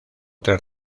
tres